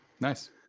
nice